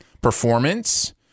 performance